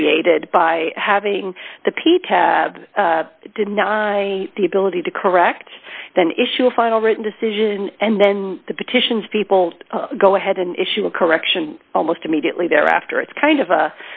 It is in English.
created by having the p t deny the ability to correct then issue a final written decision and then the petitions people go ahead and issue a correction almost immediately thereafter it's kind of